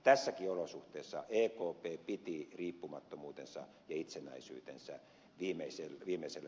tässäkin olosuhteessa ekp piti riippumattomuutensa ja itsenäisyytensä viimeiselle rajalle asti